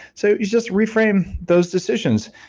so, you just reframe those decisions.